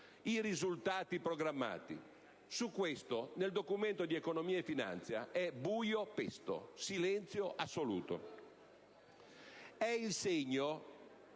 i risultati programmati? Su questo, nel Documento di economia e finanza è buio pesto, silenzio assoluto. È il segno,